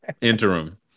interim